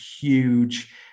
huge